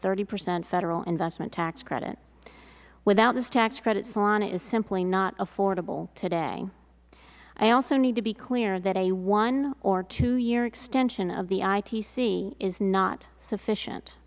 thirty percent federal investment tax credit without this tax credit solana is simply not affordable today i also need to be clear that a one or two year extension of the itc is not sufficient